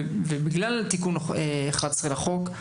בגלל תיקון 11 לחוק,